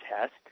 test